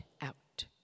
out